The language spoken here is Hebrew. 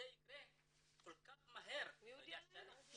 שהדבר הזה יקרה כל כך מהר --- מי הודיע להם?